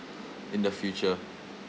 in the future